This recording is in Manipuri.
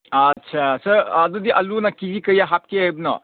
ꯑꯠꯆꯥ ꯁꯥꯔ ꯑꯗꯨꯗꯤ ꯑꯥꯜꯂꯨꯅ ꯀꯦ ꯖꯤ ꯀꯌꯥ ꯍꯥꯞꯀꯦ ꯍꯥꯏꯕꯅꯣ